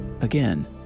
Again